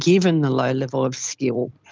given the low level of skill,